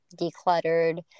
decluttered